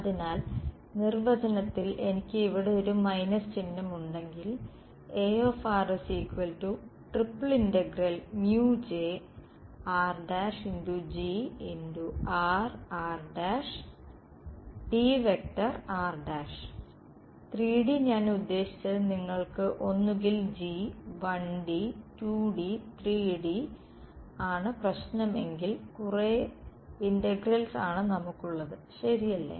അതിനാൽ നിർവചനത്തിൽ എനിക്ക് ഇവിടെ ഒരു മൈനസ് ചിഹ്നമുണ്ടെങ്കിൽ അപ്പോൾ 3D ഞാൻ ഉദ്യേശിച്ചത് നിങ്ങൾക്ക് ഒന്നുകിൽ G 1D 2D 3D ആണ് പ്രശ്നം എങ്കിൽ കുറെ ഇന്റഗ്രൽസ് ആണ് നമുക്കുള്ളത് ശരിയല്ലേ